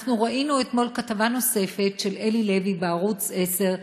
אנחנו ראינו אתמול כתבה נוספת של אלי לוי בערוץ 10,